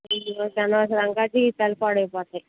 అనవసరంగా జీవితాలు పాడవుతాయి